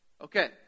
Okay